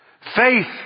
Faith